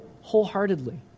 wholeheartedly